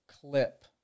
clip